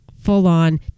full-on